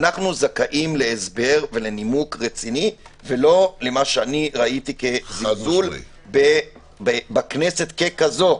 אנחנו זכאים להסבר ולנימוק רציני ולא למה שאני ראיתי כזלזול בכנסת ככזו.